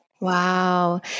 Wow